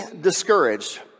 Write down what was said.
discouraged